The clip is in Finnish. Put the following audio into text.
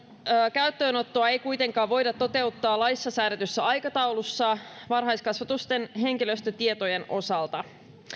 käyttöönottoa ei kuitenkaan voida toteuttaa laissa säädetyssä aikataulussa varhaiskasvatuksen henkilöstötietojen osalta